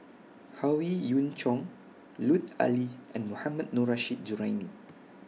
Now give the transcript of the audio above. Howe Yoon Chong Lut Ali and Mohammad Nurrasyid Juraimi